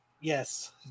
Yes